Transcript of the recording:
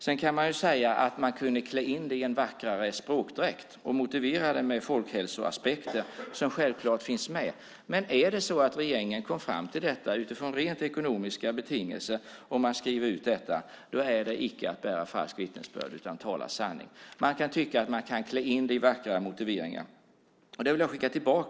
Sedan kan man tycka att man kunde klä in det hela i en vackrare språkdräkt och motivera det med folkhälsoaspekten, som självklart finns med. Men om nu regeringen kom fram till detta utifrån rent ekonomiska överväganden och man skriver det så är det inte att bära falskt vittnesbörd utan att tala sanning.